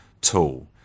tool